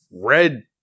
red